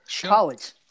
College